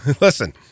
Listen